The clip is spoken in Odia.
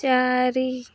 ଚାରି